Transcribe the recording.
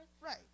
Right